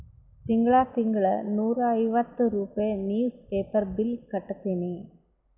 ತಿಂಗಳಾ ತಿಂಗಳಾ ನೂರಾ ಐವತ್ತ ರೂಪೆ ನಿವ್ಸ್ ಪೇಪರ್ ಬಿಲ್ ಕಟ್ಟತ್ತಿನಿ